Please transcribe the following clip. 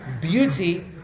beauty